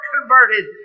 converted